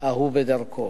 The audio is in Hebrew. ההוא בדרכו.